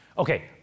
Okay